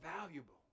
valuable